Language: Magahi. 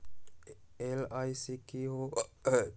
एल.आई.सी की होअ हई?